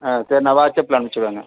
ஆ சரி நான் வாட்ஸ்ஆப்பில் அனுச்சுட்றேங்க